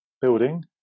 building